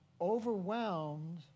overwhelmed